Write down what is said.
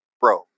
bro